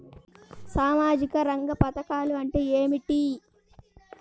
సామాజిక రంగ పధకాలు అంటే ఏమిటీ?